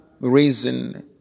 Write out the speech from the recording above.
reason